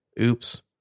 Oops